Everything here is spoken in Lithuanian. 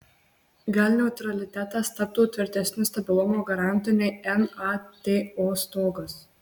gal neutralitetas taptų tvirtesniu stabilumo garantu nei nato stogas